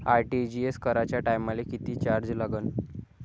RTGS कराच्या टायमाले किती चार्ज लागन?